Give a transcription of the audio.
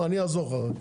אני אעזור לך רק.